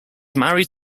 married